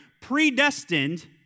predestined